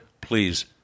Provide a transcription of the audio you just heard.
Please